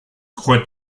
crois